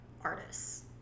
artists